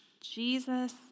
Jesus